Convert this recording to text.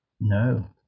No